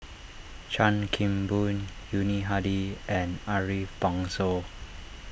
Chan Kim Boon Yuni Hadi and Ariff Bongso